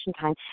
time